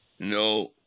no